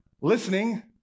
listening